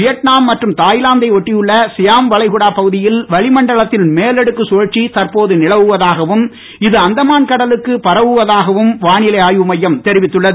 Vietnam மற்றும் தாய்லாந்தை ஒட்டியுள்ள சியாம் வளைகுடா பகுதியில் வளிமண்டலத்தின் மேலடுக்கு சுழற்சி தற்போது நிலவுவதாகவும் இது அந்தமான் கடலுக்கு பரவுவதாகவும் வானிலை ஆய்வு மையம் தெரிவித்துள்ளது